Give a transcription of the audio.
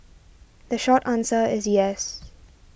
the short answer is yes